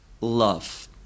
love